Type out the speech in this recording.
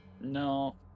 No